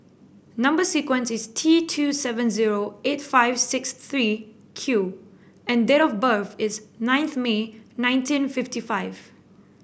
number sequence is T two seven zero eight five six three Q and date of birth is ninth May nineteen fifty five